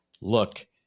look